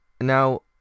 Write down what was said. Now